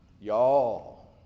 y'all